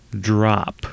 drop